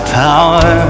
power